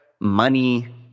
money